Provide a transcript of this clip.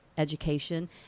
education